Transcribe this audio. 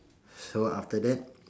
so after that